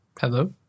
Hello